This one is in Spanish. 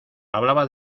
hablaba